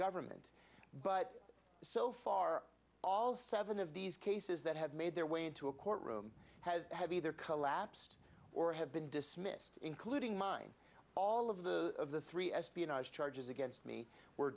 government but so far all seven of these cases that have made their way into a courtroom have have either collapsed or have been dismissed including mine all of the of the three espionage charges against me were